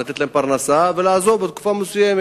לתת להם פרנסה ולעזוב אחרי תקופה מסוימת.